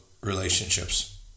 relationships